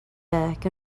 back